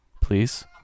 please